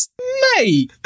mate